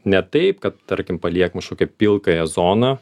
ne taip kad tarkim paliekam kažkokią pilkąją zoną